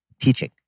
teaching